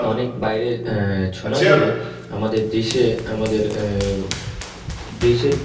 অনেক বাইরে ছৌ নাচ হলো আমাদের দেশে আমাদের দেশের